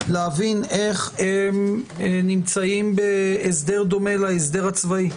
להבין איך נמצאים בהסדר דומה להסדר הצבאי אותם,